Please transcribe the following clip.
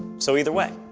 so either way!